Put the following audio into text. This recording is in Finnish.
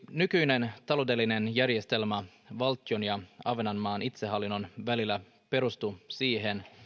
nykyinen taloudellinen järjestelmä valtion ja ahvenanmaan itsehallinnon välillä perustuu siihen